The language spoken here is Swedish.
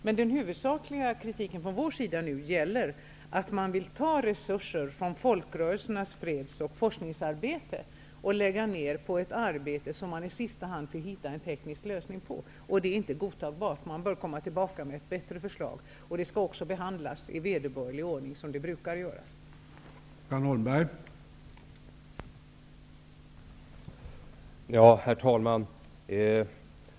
Men den huvudsakliga kritiken från vår sida gäller att man vill ta resurser från folkrörelsernas freds och forskningsarbete och lägga dem på ett arbete som man i sista hand måste finna en teknisk lösning på. Det är inte godtagbart. Regeringen bör komma tillbaka med ett bättre förslag. Det skall också behandlas i vederbörlig ordning på det sätt som man brukar göra.